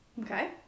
Okay